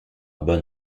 bon